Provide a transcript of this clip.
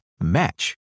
match